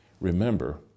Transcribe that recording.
Remember